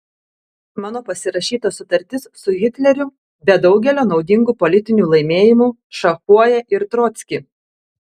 mano pasirašyta sutartis su hitleriu be daugelio naudingų politinių laimėjimų šachuoja ir trockį